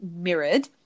mirrored